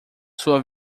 sua